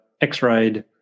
x-rayed